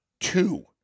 two